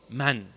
man